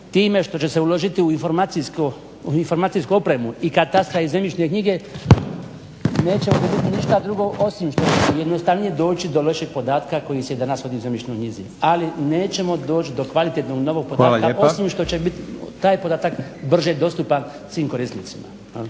time što će se uložiti u informacijsku opremu i katastra i zemljišne knjige nećemo dobiti ništa drugo osim što ćemo jednostavnije doći do lošeg podatka koji se danas vodi u zemljišnoj knjizi. Ali nećemo doći do kvalitetnog, novog podatka osim što će bit taj podatak brže dostupan svim korisnicima.